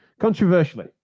Controversially